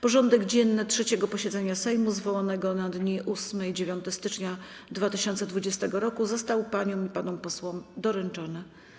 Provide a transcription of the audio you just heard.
Porządek dzienny 3. posiedzenia Sejmu, zwołanego na dni 8 i 9 stycznia 2020 r., został paniom i panom posłom doręczony.